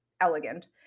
elegant